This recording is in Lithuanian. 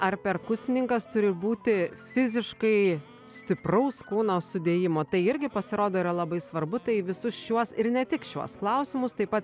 ar perkusininkas turi būti fiziškai stipraus kūno sudėjimo tai irgi pasirodo yra labai svarbu tai visus šiuos ir ne tik šiuos klausimus taip pat